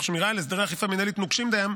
שמירה על הסדרי אכיפה מינהלית נוקשים דיים,